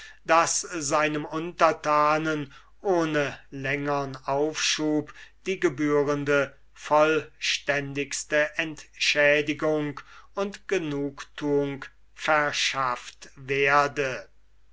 daß seinem untertanen ohne längern aufschub die gebührende vollständigste entschädigung und genugtuung verschafft werde